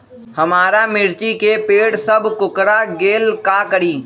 हमारा मिर्ची के पेड़ सब कोकरा गेल का करी?